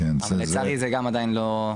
לצערי זה גם עדיין לא.